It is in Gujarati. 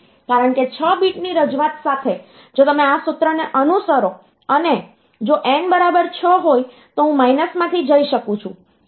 કારણ કે 6 બીટની રજૂઆત સાથે જો તમે આ સૂત્રને અનુસરો અને જો n બરાબર 6 હોય તો હું માઈનસમાંથી જઈ શકું છું